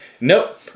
nope